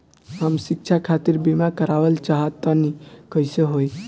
हम शिक्षा खातिर बीमा करावल चाहऽ तनि कइसे होई?